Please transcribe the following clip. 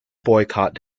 boycott